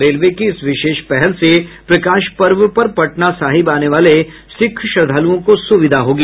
railway की इस विशेष पहल से प्रकाश पर्व पर पटना साहिब आने वाले सिख श्रद्दालुओं को सुविधा होगी